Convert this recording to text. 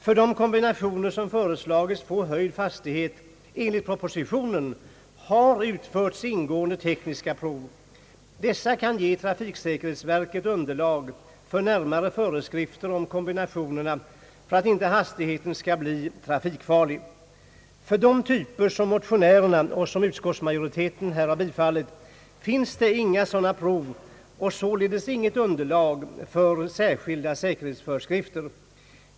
För de kombinationer som föreslagits få höjd hastighet enligt propositionen har utförts ingående tekniska prov. Dessa kan ge trafiksäkerhetsverket underlag för närmare föreskrifter om kombinationerna för att inte hastigheten skall bli trafikfarlig. För de typer motionärerna avser och som utskottsmajoriteten har tillstyrkt finns inga sådana prov och således intet underlag för särskilda säkerhetsföreskrifter.